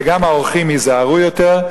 וגם העורכים ייזהרו יותר,